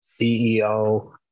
CEO